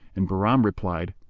and bahram replied,